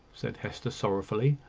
said hester, sorrowfully.